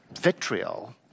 vitriol